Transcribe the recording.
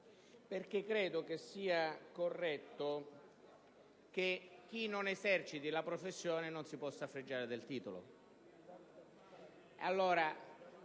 perché credo sia corretto che chi non eserciti la professione non si possa fregiare del titolo,